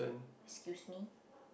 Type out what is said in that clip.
excuse me